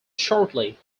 shortly